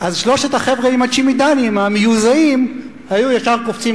אז שלושת החבר'ה המיוזעים עם הצ'ימידנים היו ישר קופצים